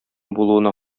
булуына